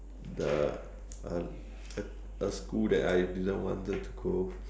the uh a school that I didn't wanted to go